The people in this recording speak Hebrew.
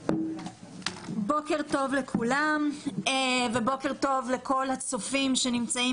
בוקר טוב לכולם ובוקר טוב לכל הצופים שנמצאים